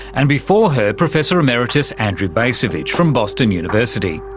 and before her, professor emeritus andrew bacevich from boston university.